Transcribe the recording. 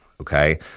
okay